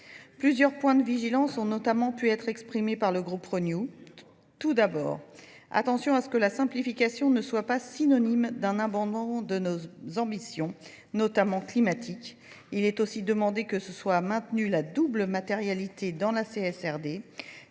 Plusieurs points de vigilance ont notamment pu être exprimés par le groupe Renew. Tout d'abord, attention à ce que la simplification ne soit pas synonyme d'un abandonnement de nos ambitions, notamment climatiques. Il est aussi demandé que ce soit maintenu la double matérialité dans la CSRD.